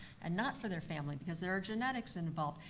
and not for their family because there are genetics involved.